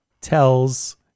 tells